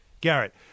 Garrett